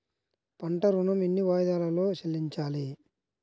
పంట ఋణం ఎన్ని వాయిదాలలో చెల్లించాలి?